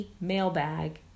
Mailbag